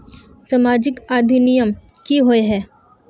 सामाजिक अधिनियम की होय है?